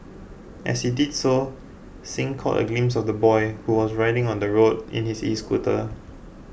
as he did so Singh caught a glimpse of the boy who was riding on the road in his escooter